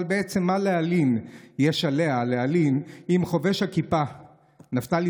אבל בעצם מה יש להלין עליה אם חובש הכיפה נפתלי